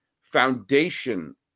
foundation